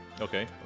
Okay